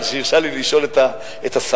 הרשה לי לשאול את השר,